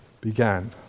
began